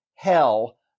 hell